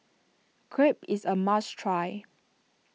Crepe is a must try